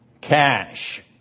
Cash